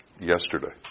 yesterday